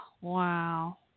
wow